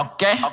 Okay